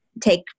take